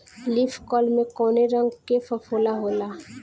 Leaf curl में कौने रंग का फफोला होला?